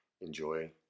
enjoy